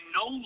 no